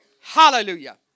Hallelujah